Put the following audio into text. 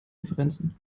differenzen